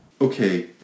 Okay